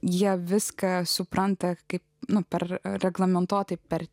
jie viską supranta kaip nu per reglamentuotai per